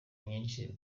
nyishi